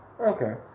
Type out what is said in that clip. Okay